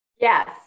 Yes